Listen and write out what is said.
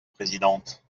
présidente